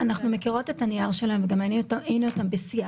אנחנו מכירות את הנייר שלהם וגם היינו איתם בשיח.